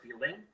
feeling